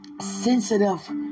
sensitive